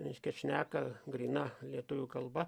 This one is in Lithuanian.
reiškia šneka gryna lietuvių kalba